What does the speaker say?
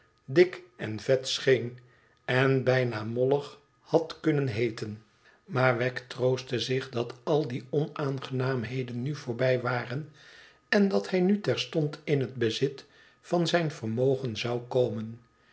dik en vet scheen en bijna mollig had kunnen heeten maar wegg troostte zich dat al die onaangenaamheden nu voorbij waren en dat hij nu terstond in het bezit van zijn vermogen zou komen